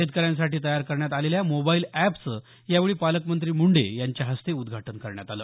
शेतकऱ्यांसाठी तयार करण्यात आलेल्या मोबाईल एपचं यावेळी पालकमंत्री मुंडे यांच्या हस्ते उद्घाटन करण्यात आलं